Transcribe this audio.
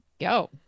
go